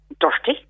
dirty